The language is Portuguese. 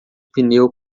pneu